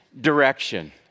direction